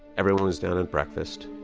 everyone was down at breakfast,